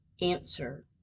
Answer